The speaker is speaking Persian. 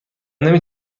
نمی